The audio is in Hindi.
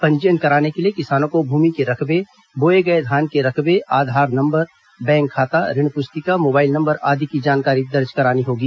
पंजीयन कराने के लिए किसानों को भूमि के रकबे बोये गए धान के रकबे आधार नम्बर बैंक खाता ऋण पुस्तिका मोबाइल नम्बर आदि की जानकारी दर्ज करानी होगी